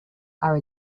are